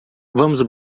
vamos